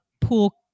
pool